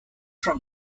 from